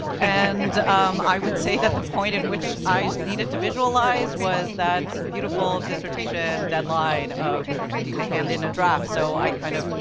and um i would say that the point in which i needed to visualize was that beautiful dissertation deadline of needing to hand in a draft, so i kind of,